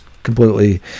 Completely